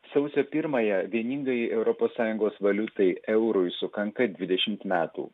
sausio pirmąją vieningąjį europos sąjungos valiutai eurui sukanka dvidešimt metų